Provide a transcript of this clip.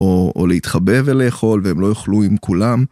או להתחבא ולאכול והם לא יאכלו עם כולם.